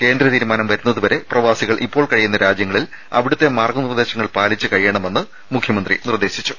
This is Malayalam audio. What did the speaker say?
കേന്ദ്ര തീരുമാനം വരുന്നതുവരെ പ്രവാസികൾ ഇപ്പോൾ കഴിയുന്ന രാജ്യങ്ങളിൽ അവിടുത്തെ മാർഗ്ഗ നിർദ്ദേശങ്ങൾ പാലിച്ച് കഴിയണമെന്ന് മുഖ്യമന്ത്രി നിർദ്ദേശിച്ചു